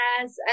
yes